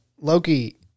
Loki